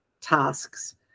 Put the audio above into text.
tasks